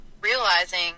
realizing